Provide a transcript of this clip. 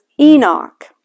Enoch